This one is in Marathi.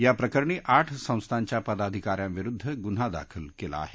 याप्रकरणी आठ संस्थांच्या पदाधिकाऱ्यांविरूद्ध गुन्हा दाखल केला आहे